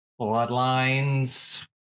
bloodlines